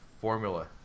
formula